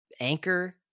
Anchor